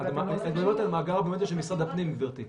המדיניות למאגר ביומטרי היא של משרד הפנים, גברתי.